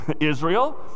Israel